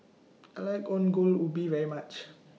I like Ongol Ubi very much